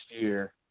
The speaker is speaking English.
year